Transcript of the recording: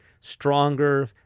stronger